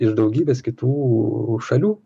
iš daugybės kitų šalių